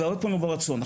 ו --- ברצון.